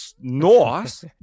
north